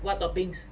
what toppings